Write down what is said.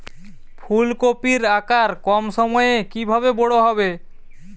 ফুলকপির আকার কম সময়ে কিভাবে বড় হবে?